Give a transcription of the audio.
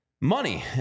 money